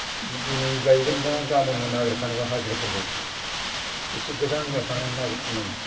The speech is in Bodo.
दिनै गायगोनब्ला गामोननो नागिरखानांगौ हाजिराफोरखौ एसे गोजान गोजानाव थांना नागिरनो नांगौ